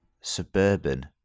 suburban